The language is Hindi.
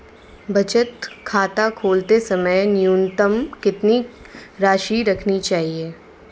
बचत खाता खोलते समय न्यूनतम कितनी राशि रखनी चाहिए?